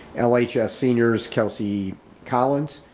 like seniors, kelsey collins,